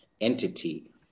entity